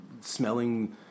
smelling